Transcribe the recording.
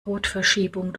rotverschiebung